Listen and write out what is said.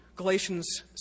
Galatians